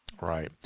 right